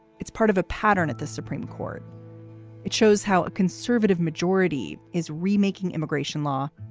it's part of a pattern at the supreme court it shows how a conservative majority is remaking immigration law.